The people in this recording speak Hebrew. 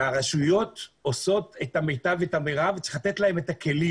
שהרשויות עושות את המיטב ואת המרב וצריך לתת להן את הכלים.